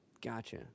Gotcha